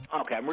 Okay